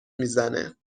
میزنه